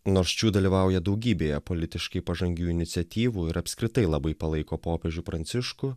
nors čiu dalyvauja daugybėje politiškai pažangių iniciatyvų ir apskritai labai palaiko popiežių pranciškų